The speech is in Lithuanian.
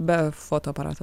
be fotoaparato